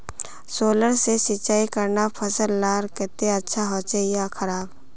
Solar से सिंचाई करना फसल लार केते अच्छा होचे या खराब?